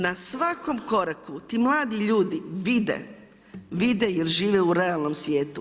Na svakom koraku ti mladi ljudi vide, vide jer žive u realnom svijetu.